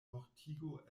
mortigo